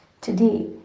Today